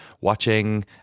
watching